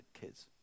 kids